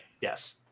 yes